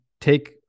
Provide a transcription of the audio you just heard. take